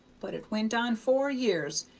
but it went on four years,